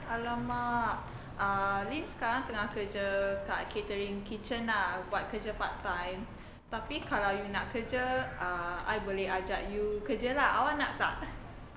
!alamak! uh lynn sekarang tengah kerja kat catering kitchen ah buat kerja part time tapi kalau you nak kerja uh I boleh ajak you kerja lah awak nak tak